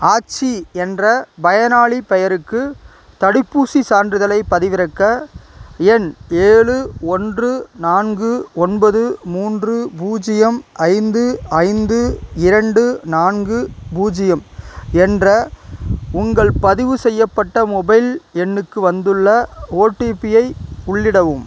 ஆச்சி என்ற பயனாளிப் பெயருக்கு தடுப்பூசிச் சான்றிதழைப் பதிவிறக்க எண் ஏழு ஒன்று நான்கு ஒன்பது மூன்று பூஜ்ஜியம் ஐந்து ஐந்து இரண்டு நான்கு பூஜ்ஜியம் என்ற உங்கள் பதிவு செய்யப்பட்ட மொபைல் எண்ணுக்கு வந்துள்ள ஓடிபியை உள்ளிடவும்